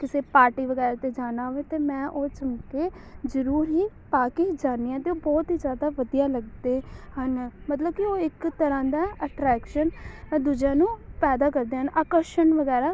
ਕਿਸੇ ਪਾਰਟੀ ਵਗੈਰਾ 'ਤੇ ਜਾਣਾ ਹੋਵੇ ਤਾਂ ਮੈਂ ਉਹ ਝੁਮਕੇ ਜ਼ਰੂਰ ਹੀ ਪਾ ਕੇ ਜਾਂਦੀ ਹਾਂ ਅਤੇ ਉਹ ਬਹੁਤ ਹੀ ਜ਼ਿਆਦਾ ਵਧੀਆ ਲੱਗਦੇ ਹਨ ਮਤਲਬ ਕਿਉਹ ਇੱਕ ਤਰ੍ਹਾਂ ਦਾ ਅਟਰੈਕਸ਼ਨ ਅ ਦੂਜਿਆਂ ਨੂੰ ਪੈਦਾ ਕਰਦੇ ਹਨ ਆਕਰਸ਼ਣ ਵਗੈਰਾ